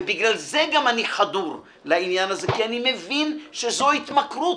ובגלל זה גם אני חדור לעניין הזה כי אני מבין שזו התמכרות.